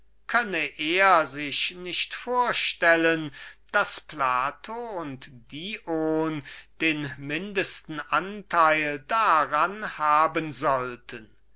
könne er sich nicht vorstellen daß plato und dion den mindesten anteil daran haben sollten